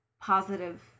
positive